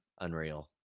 Unreal